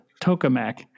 Tokamak